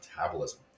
metabolism